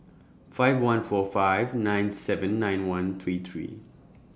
five one four five nine seven nine one three three